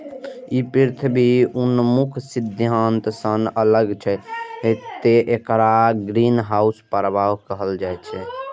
ई पृथ्वी उन्मुख सिद्धांत सं अलग छै, तें एकरा ग्रीनहाउस प्रभाव कहल जाइ छै